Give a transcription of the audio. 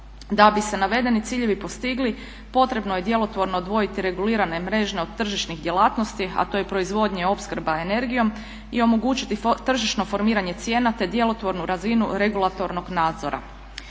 Da bi se navedeni ciljevi postigli potrebno je djelotvorno odvojiti regulirane mrežne od tržišnih djelatnosti, a to je proizvodnja i opskrba energijom i omogućiti tržišno formiranje cijena, te djelotvornu razinu regulatornog nadzora.